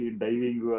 diving